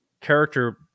character